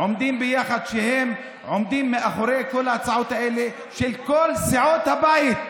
"עומדים ביחד" עומדים מאחורי כל ההצעות האלה של כל סיעות הבית.